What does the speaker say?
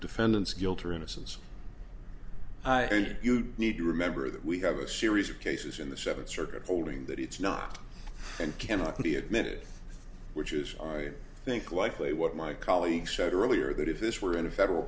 defendant's guilt or innocence you need to remember that we have a series of cases in the seventh circuit holding that it's not and cannot be admitted which is i think likely what my colleague said earlier that if this were in a federal